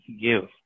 Give